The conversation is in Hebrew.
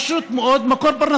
פשוט מאוד, זה מקור פרנסה.